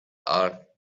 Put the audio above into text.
are